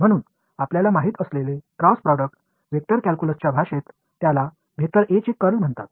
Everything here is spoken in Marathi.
म्हणून आपल्याला माहित असलेले क्रॉस प्रोडक्ट वेक्टर कॅल्क्युलसच्या भाषेत त्याला वेक्टर "ए" चे कर्ल म्हणतात